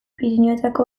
pirinioetako